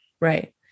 Right